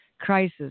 crisis